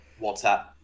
WhatsApp